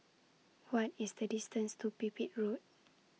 What IS The distance to Pipit Road